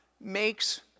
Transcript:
makes